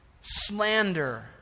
slander